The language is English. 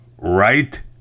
Right